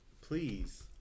please